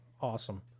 Awesome